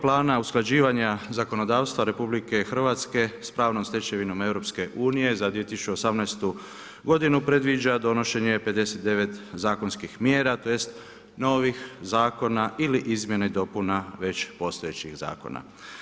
plana usklađivanja zakonodavstva RH sa pravnom stečevinom EU, za 2018. g. predviđa donošenje 59 zakonskih mjera, tj. novih zakona ili izmjena i dopuna već postojećih zakona.